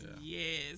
yes